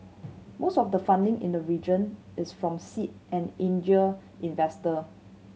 most of the funding in the region is from seed and angel investor